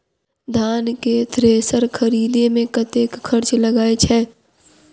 धान केँ थ्रेसर खरीदे मे कतेक खर्च लगय छैय?